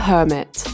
Hermit